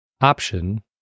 option